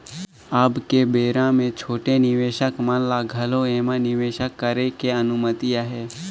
अब के बेरा मे छोटे निवेसक मन ल घलो ऐम्हा निवेसक करे के अनुमति अहे